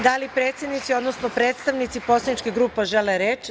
Da li predsednici, odnosno predstavnici poslaničkih grupa žele reč?